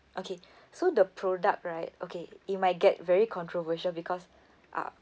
okay so the product right okay it might get very controversial because uh